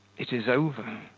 it is over.